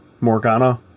Morgana